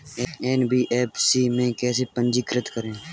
NBFC में कैसे पंजीकृत करें?